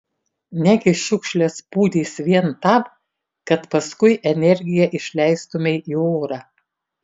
negi šiukšles pūdys vien tam kad paskui energiją išleistumei į orą